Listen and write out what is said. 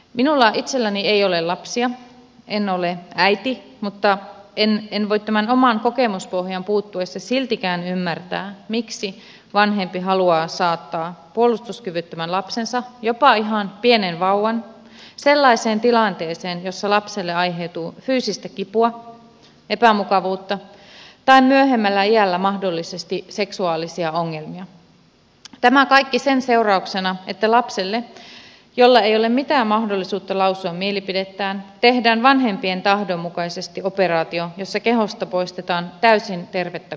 minulla itselläni ei ole lapsia en ole äiti mutta en voi tämän oman kokemuspohjan puuttuessa siltikään ymmärtää miksi vanhempi haluaa saattaa puolustuskyvyttömän lapsensa jopa ihan pienen vauvan sellaiseen tilanteeseen jossa lapselle aiheutuu fyysistä kipua epämukavuutta tai myöhemmällä iällä mahdollisesti seksuaalisia ongelmia tämä kaikki sen seurauksena että lapselle jolla ei ole mitään mahdollisuutta lausua mielipidettään tehdään vanhempien tahdon mukaisesti operaatio jossa kehosta poistetaan täysin tervettä kudosta